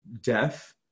death